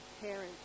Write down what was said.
parents